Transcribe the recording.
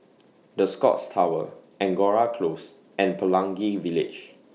The Scotts Tower Angora Close and Pelangi Village